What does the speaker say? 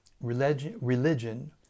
religion